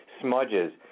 smudges